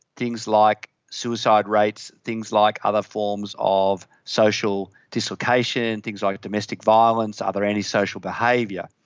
things like suicide rates, things like other forms of social dislocation, and things like domestic violence, other anti-social behaviour.